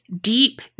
deep